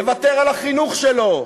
יוותר על החינוך שלו,